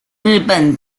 日本